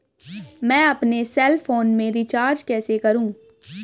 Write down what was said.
मैं अपने cell phone में रिचार्ज कैसे करूँ?